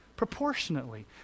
proportionately